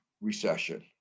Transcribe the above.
recession